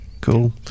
Cool